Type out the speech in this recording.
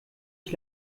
ich